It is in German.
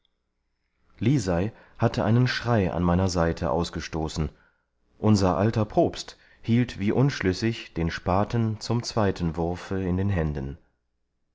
lisei hatte einen schrei an meiner seite ausgestoßen unser alter propst hielt wie unschlüssig den spaten zum zweiten wurfe in den händen